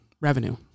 revenue